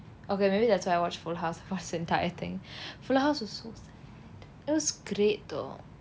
okay maybe that's why I watch full house for it's entire thing full house will soothe it was great though